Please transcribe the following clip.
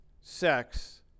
sex